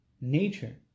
nature